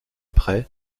près